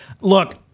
Look